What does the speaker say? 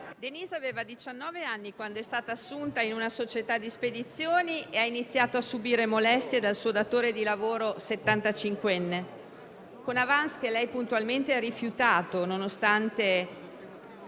Denise aveva diciannove anni quando è stata assunta in una società di spedizioni e ha iniziato a subire molestie dal suo datore di lavoro settantacinquenne, con *avance* che puntualmente ha rifiutato, nonostante